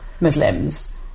Muslims